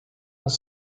dans